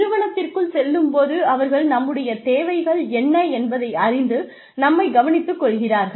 நிறுவனத்திற்குள் செல்லும் போது அவர்கள் நம்முடைய தேவைகள் என்ன என்பதை அறிந்து நம்மைக் கவனித்துக் கொள்கிறார்கள்